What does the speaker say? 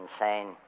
insane